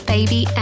Baby